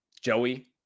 Joey